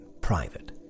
private